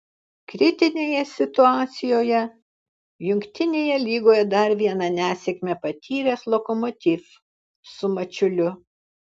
kritinėje situacijoje jungtinėje lygoje dar vieną nesėkmę patyręs lokomotiv su mačiuliu